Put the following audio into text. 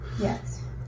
Yes